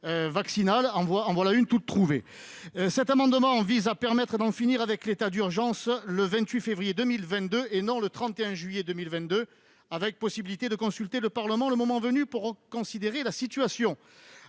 en voilà une toute trouvée